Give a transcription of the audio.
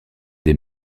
des